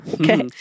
Okay